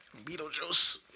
Beetlejuice